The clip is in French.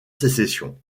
sécession